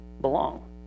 belong